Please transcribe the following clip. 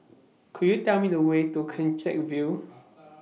Could YOU Tell Me The Way to CleanTech View